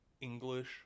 English